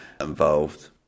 involved